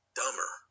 dumber